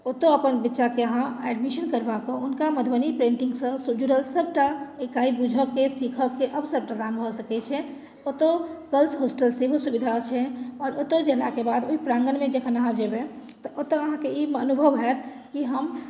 ओतय अपन बच्चाके अहाँ एडमिशन करबाके हुनका मधुबनी पैन्टिंगसँ जुड़ल सभटा इकाइ बुझय के सिखय के अवसर प्रदान भऽ सकैत छै ओतय गर्ल्स होस्टल सेहो सुविधा छै आओर ओतय गेलाके बाद ओहि प्राङ्गणमे जखन अहाँ जेबै तऽ ओतय अहाँके ई अनुभव होयत कि हम